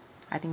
I think